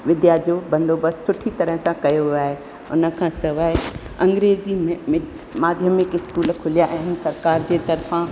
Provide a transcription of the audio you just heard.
विद्दा जो बंदोबस्त सुठी तरह सां कयो वियो आहे उन खां सवाए अंग्रेजी मि मि माध्यमिक स्कूल खुलिया आहिनि सरकार जे तर्फ़ा